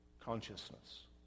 consciousness